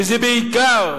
וזה בעיקר